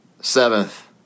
seventh